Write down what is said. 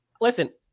listen